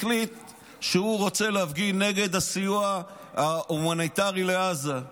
החליט שהוא רוצה להפגין נגד הסיוע ההומניטרי לעזה.